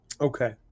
okay